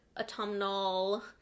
autumnal